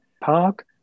Park